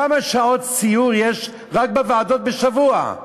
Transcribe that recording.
כמה שעות סיור יש רק בוועדות בשבוע?